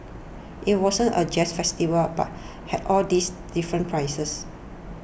it wasn't a jazz festival but had all these different pieces